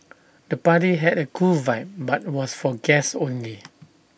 the party had A cool vibe but was for guests only